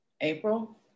April